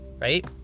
Right